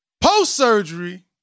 Post-surgery